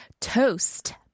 Toast